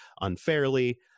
unfairly